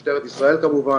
משטרת ישראל כמובן,